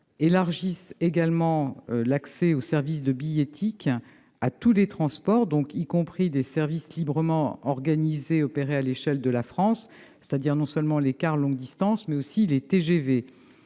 élargissent également l'accès aux services de billettique à tous les transports, y compris à des services librement organisés opérés à l'échelle de la France. Cela concerne les cars longue distance, mais aussi les TGV.